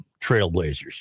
Trailblazers